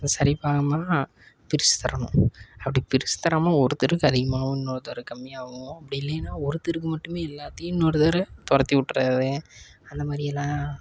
சரி பாகமாக பிரித்து தரணும் அப்படி பிரித்து தராமல் ஒருத்தருக்கு அதிகமாகவும் இன்னொருத்தருக்கு கம்மியாகவும் அப்படி இல்லைன்னால் ஒருத்தருக்கு மட்டுமே எல்லாத்தையும் இன்னொருத்தர் துரத்தி விட்டுர்றது அந்த மாதிரியெல்லாம்